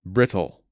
Brittle